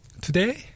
today